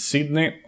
Sydney